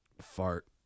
Fart